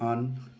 on